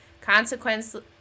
Consequently